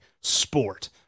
sport